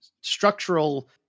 structural